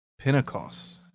Pentecost